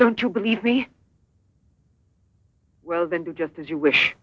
don't you believe me well then do just as you wish